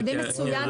הם יודעים מצוין.